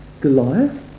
Goliath